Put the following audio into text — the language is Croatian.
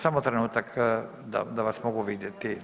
Samo trenutak da vas mogu vidjeti.